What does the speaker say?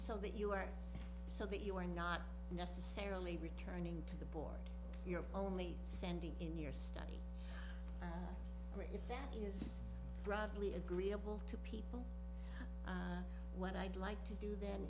so that you are so that you are not necessarily returning to the board you're only sending in your study or if that is broadly agreeable to people what i'd like to do th